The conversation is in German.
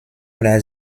oder